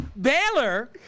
Baylor